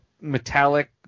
metallic